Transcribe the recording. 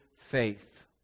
faith